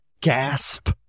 gasp